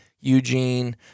Eugene